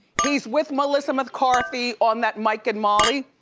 he's with melissa mccarthy on that mike and molly.